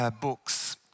books